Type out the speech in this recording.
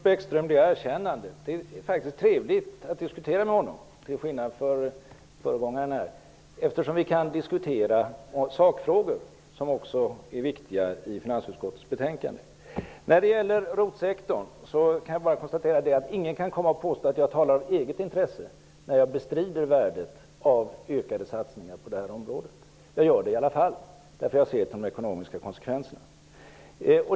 Herr talman! Jag skall ge Lars Bäckström det erkännandet att det är trevligt att diskutera med honom, till skillnad från föregångaren här, eftersom vi kan diskutera sakfrågor som också är viktiga i finansutskottets betänkande. När det gäller ROT-sektorn kan jag bara konstatera att ingen skall komma och påstå att jag talar i eget intresse när jag bestrider värdet av ökade satsningar på det området. Jag gör det i alla fall, därför att jag ser på de ekonomiska konsekvenserna.